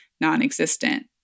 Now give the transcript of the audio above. non-existent